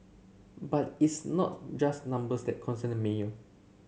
but it's not just numbers that concern the mayor